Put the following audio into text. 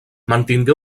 mantingué